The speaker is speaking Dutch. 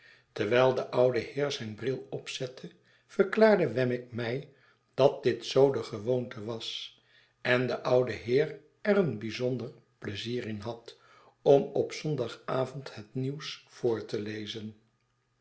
terwijl de oude heer zijn bril opzette verklaarde wemmick mij dat dit zoo de gewoonte was en de oude heer er een bijzonder pleizier in had om op zondagavond het nieuws voor te lezen